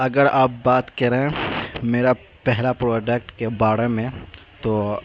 اگر آپ بات کر رہے ہیں میرا پہلا پروڈکٹ کے بارے میں تو